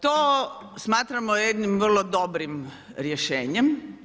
To smatramo jednim vrlo dobrim rješenjem.